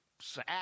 sad